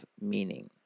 meaning